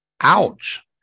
Ouch